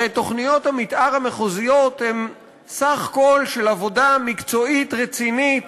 הרי תוכניות המתאר המחוזיות הן סך הכול של עבודה מקצועית רצינית